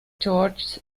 george’s